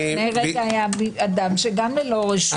לפניי היה אדם גם שדיבר ללא רשות.